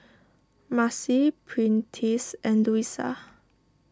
Marcy Prentice and Luisa